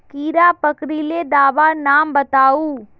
कीड़ा पकरिले दाबा नाम बाताउ?